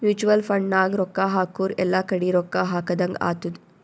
mutual fund ನಾಗ್ ರೊಕ್ಕಾ ಹಾಕುರ್ ಎಲ್ಲಾ ಕಡಿ ರೊಕ್ಕಾ ಹಾಕದಂಗ್ ಆತ್ತುದ್